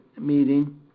meeting